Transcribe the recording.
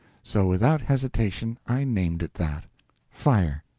so without hesitation i named it that fire.